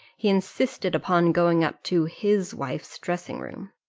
he insisted upon going up to his wife's dressing-room.